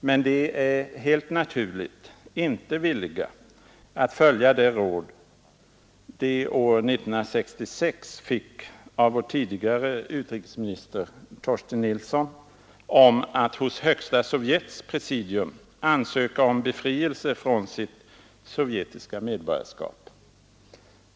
Men de är helt naturligt inte villiga att följa det råd de år 1966 fick av vår tidigare utrikesminister Torsten Nilsson om att hos Högsta Sovjets presidium ansöka om befrielse från sitt sovjetiska medborgarskap.